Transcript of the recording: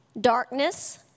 darkness